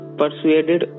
persuaded